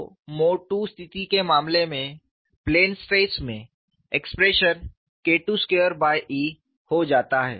तो mode II स्थिति के मामले में प्लेन स्ट्रेस में एक्सप्रेशन KII2E हो जाता है